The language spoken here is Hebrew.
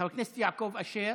חבר הכנסת יעקב אשר,